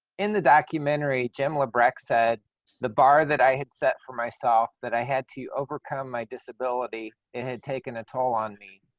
in the documentary, jim labrexa, the bar that i had set for myself, that i had to overcome my disability, it had taken a toll on me.